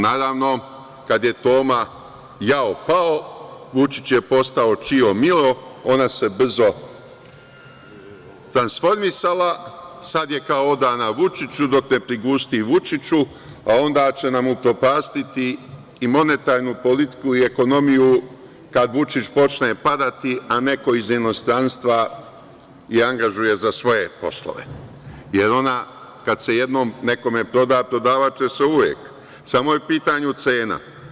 Naravno, kada je Toma, jao pao, Vučić je postao čio mio, ona se brzo transformisala, sada je kao odana Vučiću, dok ne prigusti Vučiću, a onda će nam upropastiti i monetarnu politiku i ekonomiju kad Vučić počne padati, a neko iz inostranstva je angažuje za svoje poslove, jer ona kada se jednom nekome proda, prodavaće se uvek, samo je u pitanju cena.